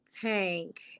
Tank